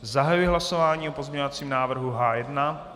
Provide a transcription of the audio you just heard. Zahajuji hlasování o pozměňovacím návrhu H1.